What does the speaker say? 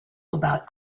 about